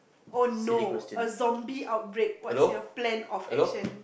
oh no a zombie outbreak what's your plan of action